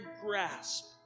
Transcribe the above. grasp